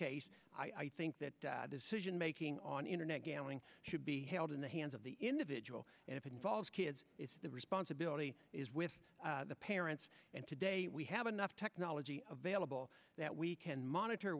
case i think that decision making on internet gambling should be held in the hands of the individual and if it involves kids the responsibility is with the parents and today we have enough technology available that we can monitor